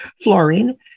fluorine